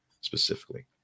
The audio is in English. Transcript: specifically